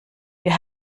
wir